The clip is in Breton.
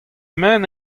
men